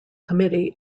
committee